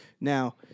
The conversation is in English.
Now